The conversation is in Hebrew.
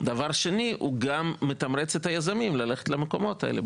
והוא מתמרץ את היזמים ללכת למקומות האלה.